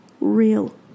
real